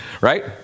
right